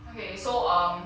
okay so um